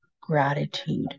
gratitude